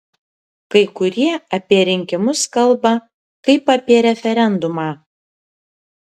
kai kurie apie rinkimus kalba kaip apie referendumą